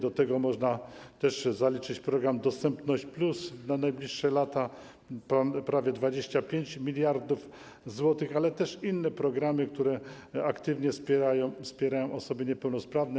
Do tego można też zaliczyć program „Dostępność+” na najbliższe lata - prawie 25 mld zł, ale też inne programy, które aktywnie wspierają osoby niepełnosprawne.